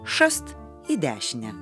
šast į dešinę